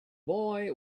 boy